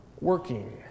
working